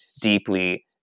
deeply